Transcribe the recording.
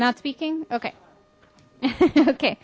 not speaking okay okay